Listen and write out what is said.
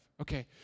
Okay